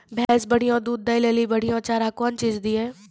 भैंस बढ़िया दूध दऽ ले ली बढ़िया चार कौन चीज दिए?